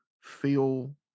feel